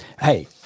Hey